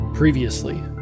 Previously